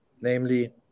namely